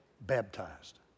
baptized